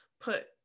put